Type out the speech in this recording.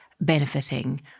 benefiting